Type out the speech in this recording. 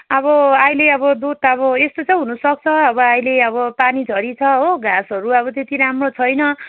अब अहिले अब दुध अब यस्तो चाहिँ हुनुसक्छ अब अहिले अब पानी झरी छ हो घाँसहरू अब त्यति राम्रो छैन